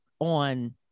on